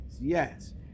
Yes